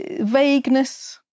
Vagueness